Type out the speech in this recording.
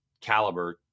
caliber